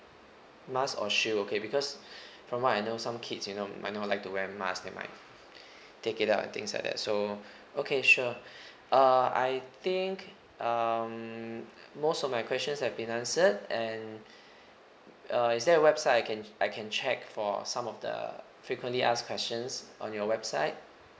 mask or shield okay because from what I know some kids you know might not like to wear mask they might take it out and things like that so okay sure uh I think um most of my questions have been answered and uh is there a website I can I can check for the some of the frequently asked questions on your website